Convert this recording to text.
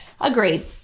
agreed